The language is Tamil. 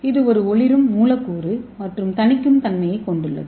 இது ஒரு ஒளிரும் மூலக்கூறு மற்றும் தணிக்கும் தன்மையைக் கொண்டுள்ளது